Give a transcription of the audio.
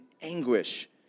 anguish